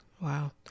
Wow